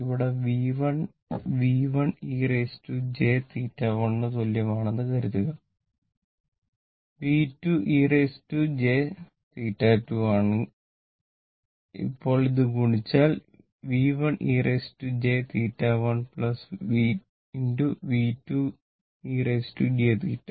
ഇവിടെ V1 V1 e jθ1 ന് തുല്യമാണെന്ന് കരുതുക V2 e jθ2 ആണ് അപ്പോൾ ഇത് ഗുണിച്ചാൽ ഇവിടെ V1 e jθ1 V2 e jθ2